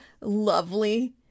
lovely